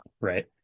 right